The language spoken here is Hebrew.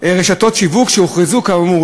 רשתות שיווק שהוכרזו כאמור.